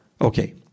Okay